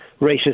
racist